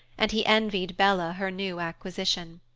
and he envied bella her new acquisition.